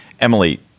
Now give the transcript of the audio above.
Emily